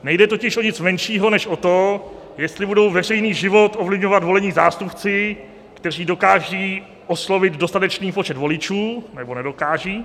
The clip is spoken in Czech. Nejde totiž o nic menšího než o to, jestli budou veřejný život ovlivňovat volení zástupci, kteří dokážou oslovit dostatečný počet voličů, nebo nedokážou.